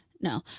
no